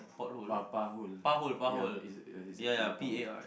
putt putt hole ya is it is it it's a putt hole